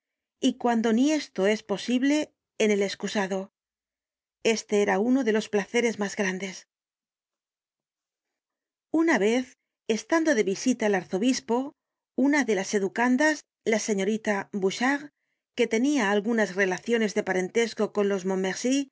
y cuando ni esto es posible en el escusado este era uno de los placeres mas grandes una vez estando de visita el arzobispo una de las educandas la señorita bouchard que tenia algunas relaciones de parentesco con los